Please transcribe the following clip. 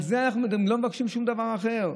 על זה אנחנו מדברים, לא מבקשים שום דבר אחר.